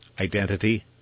Identity